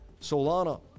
Solana